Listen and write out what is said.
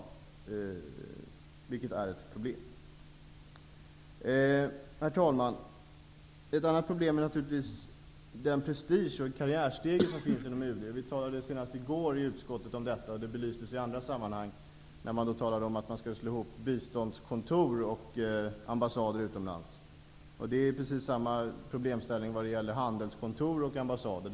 Det är ett problem. Herr talman! Ett annat problem är naturligtvis den prestige och den karriärstege som finns inom UD. Vi talade senast i går om detta i utskottet. Det belystes i andra sammanhang när man talade om att man skulle slå ihop biståndskontor och ambassader utomlands. Det finns precis samma problemställning när det gäller handelskontor och ambassader.